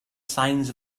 signs